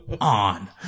on